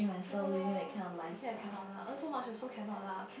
ya loh I think I cannot lah earn so much also cannot lah